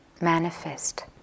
manifest